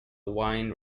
wine